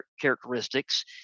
characteristics